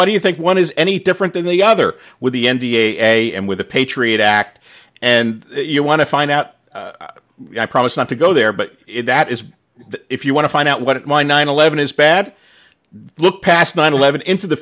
what do you think one is any different than the other with the n b a and with the patriot act and you want to find out i promise not to go there but that is that if you want to find out what my nine eleven is bad look past nine eleven into the